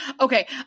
Okay